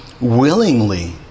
willingly